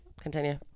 continue